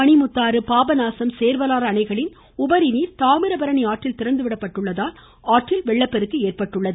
மணிமுத்தாறு பாபநாசம் சேர்வலாறு அணைகளின் உபரிநீர் தாமிரபரணி ஆற்றில் திறந்துவிடப்பட்டுள்ளதால் ஆற்றில் வெள்ளப்பெருக்கு ஏற்பட்டுள்ளது